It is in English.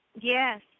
Yes